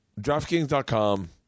DraftKings.com